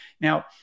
Now